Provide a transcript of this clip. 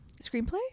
Screenplay